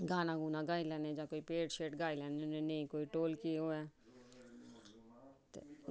गाना गाई लैने जां कोई भेंट गाई लैने ते कोई ढोलकी होऐ